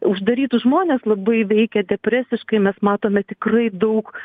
uždarytus žmones labai veikia depresiškai mes matome tikrai daug